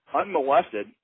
unmolested